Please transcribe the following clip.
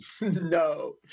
No